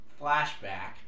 flashback